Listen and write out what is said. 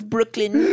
Brooklyn